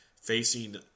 Facing